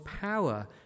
power